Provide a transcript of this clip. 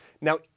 Now